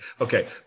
Okay